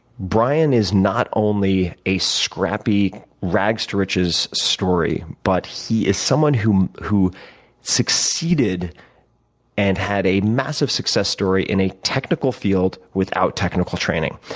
bryan is not only a scrappy rags to riches story, but he is someone who who succeeded and had a massive success story in a technical field without technical training.